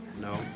No